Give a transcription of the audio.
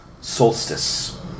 Solstice